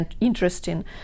interesting